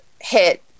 hit